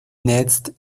next